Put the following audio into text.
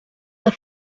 the